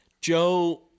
Joe